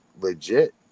legit